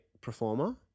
performer